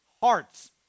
hearts